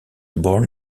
born